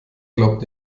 glaubt